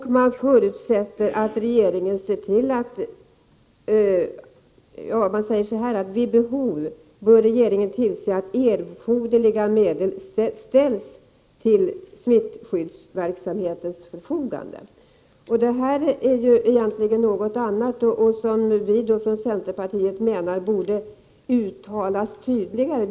Man säger vidare att vid behov bör regeringen tillse att erforderliga medel ställs till smittskyddsverksamhetens förfogande. Det här är således något annat. Från centerpartiets sida menar vi att det borde uttalas tydligare.